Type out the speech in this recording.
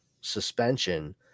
suspension